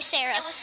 Sarah